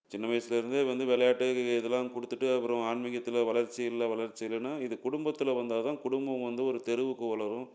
சின்ன வயசுலேருந்தே வந்து விளையாட்டு இதுலாம் கொடுத்துட்டு அப்புறம் ஆன்மீகத்தில் வளர்ச்சி இல்லை வளர்ச்சி இல்லைன்னா இது குடும்பத்தில் வளர்ந்தா தான் குடும்பம் வந்து ஒரு தெருவுக்கு வளரும்